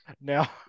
Now